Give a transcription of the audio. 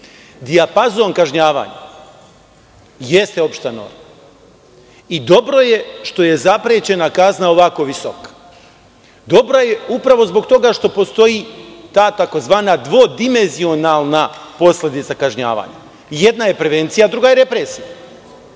Dijapazon kažnjavanja jeste opšta norma i dobro je što je zaprećena kazna ovako visoka. Dobro je upravo zbog toga što postoji ta tzv. dvodimenzionalna posledica kažnjavanja. Jedna je prevencija, a druga je represija.